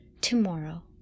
tomorrow